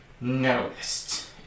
noticed